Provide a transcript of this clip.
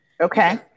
Okay